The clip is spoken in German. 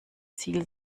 ziel